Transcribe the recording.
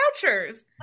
vouchers